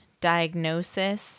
diagnosis